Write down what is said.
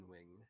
Wing